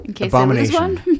Abomination